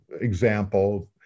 example